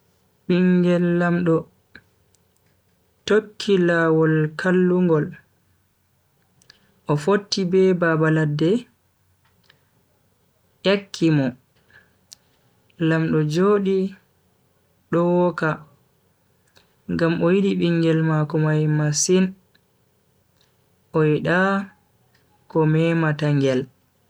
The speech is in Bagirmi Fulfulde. Bingel lamdo tokki lawol kallungol, o fotti be baba ladde nyakki mo, lamdo jodi do woka ngam o yidi bingel mako mai masin o yida ko memata ngel.